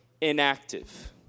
inactive